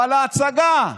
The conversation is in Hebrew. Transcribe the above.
אבל ההצגה,